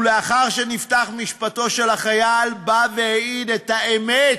ולאחר שנפתח משפטו של החייל, בא והעיד את האמת